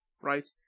right